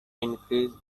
increase